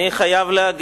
תודה רבה.